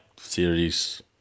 series